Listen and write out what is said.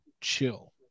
chill